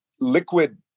liquid